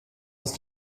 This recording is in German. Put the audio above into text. ist